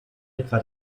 etwa